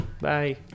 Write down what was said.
Bye